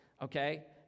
okay